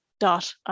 dot